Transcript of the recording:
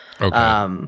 Okay